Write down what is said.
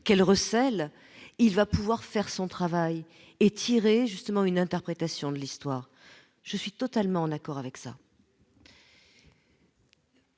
Qu'elle recèle, il va pouvoir faire son travail et tiré justement une interprétation de l'histoire, je suis totalement en accord avec ça.